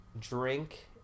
drink